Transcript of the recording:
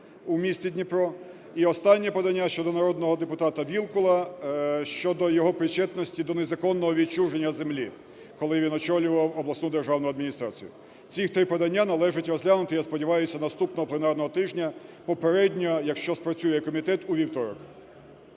в місті Дніпро. І останнє подання щодо народного депутата Вілкула щодо його причетності до незаконного відчуження землі, коли він очолював обласну державну адміністрацію. Цих три подання належить розглянути, я сподіваюсь, наступного пленарного тижня попередньо, якщо спрацює комітет, у вівторок.